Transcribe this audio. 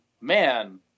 man